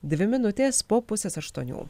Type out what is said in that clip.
dvi minutės po pusės aštuonių